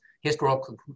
historical